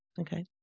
Okay